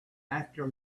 after